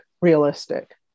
realistic